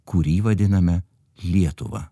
kurį vadiname lietuva